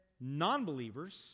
non-believers